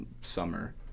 summer